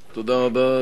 נתקבלה.